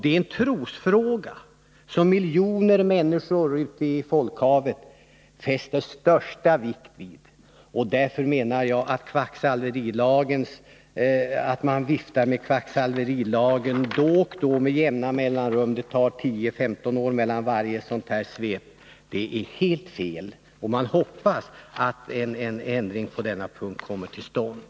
Det är en trosfråga som miljoner människor ute i folkhavet fäster största vikt vid. Därför menar jag att det är helt fel att åberopa kvacksalverilagen när det gäller bön för sjuka. Jag hoppas att en ändring på denna punkt kommer till stånd.